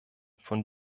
von